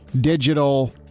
digital